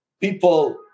people